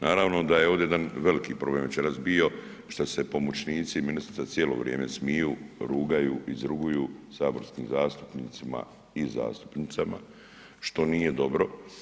Naravno da je ovdje jedan veliki problem večeras bio što su se pomoćnici ministrice cijelo vrijeme smiju, rugaju, izruguju saborskim zastupnicima i zastupnicama što nije dobro.